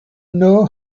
know